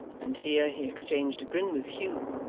and here he exchanged a grin with hugh,